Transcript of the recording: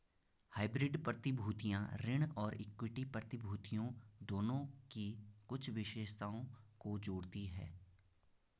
hybrid प्रतिभूतियां ऋण और इक्विटी प्रतिभूतियों दोनों की कुछ विशेषताओं को जोड़ती हैं